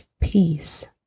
peace